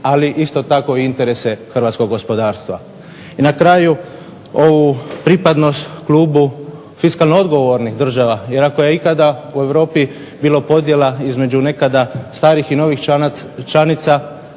ali isto tako i interese hrvatskog gospodarstva. I na kraju, ovu pripadnost klubu fiskalno odgovornih država, jer ako je ikada u Europi bilo podjela između nekada starih i novih članica